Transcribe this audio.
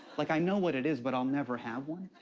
like, i know what it is, but i'll never have one.